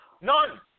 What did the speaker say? None